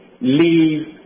leave